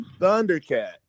Thundercat